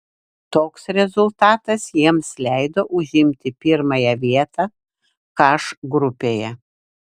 toks rezultatas jiems leido užimti pirmąją vietą h grupėje